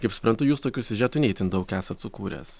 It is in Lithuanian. kaip suprantu jūs tokių siužetų ne itin daug esat sukūręs